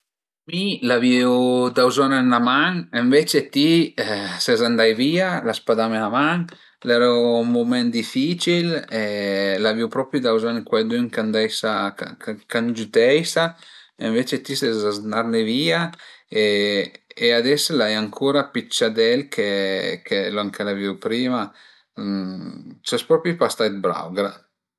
Mi l'avìu da bëzogn dë 'na man ënvece ti ses andait via, l'as pa dame 'na man, l'eru ün mument dificil e l'avìu propi da bëzogn dë cuaidün ch'a m'deisa ch'a m'giüteisa e ënvece ti ses andazne via e ades l'ai ancura pi d'chadèl che lon che l'avìu prima, ses propo pa stait brau, grazie